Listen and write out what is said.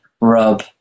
rub